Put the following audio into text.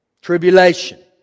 Tribulation